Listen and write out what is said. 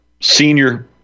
senior